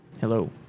Hello